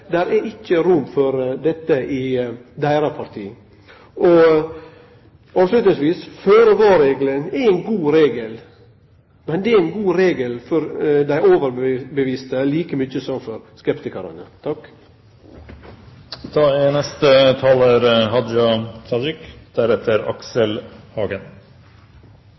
ikkje er rom for dette i deira parti. Til slutt: Føre var-regelen er ein god regel, men det er ein god regel for dei overtydde, like mykje som for